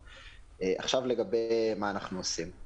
עשו את הדיון הזה באיסטנבול,